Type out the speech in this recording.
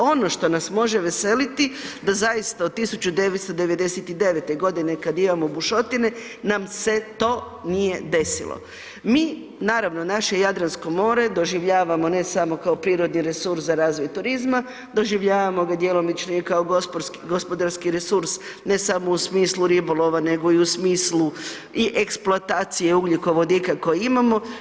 Ono što nas može veseliti da zaista od 1999. godine kada imamo bušotine nam se to nije desilo Mi naravno naše Jadransko more doživljavamo ne samo kao prirodni resurs za razvoj turizma, doživljavamo ga djelomično i kao gospodarski resurs ne samo u smislu ribolova, nego i smislu eksploatacije ugljikovodika koji imamo.